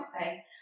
Okay